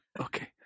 Okay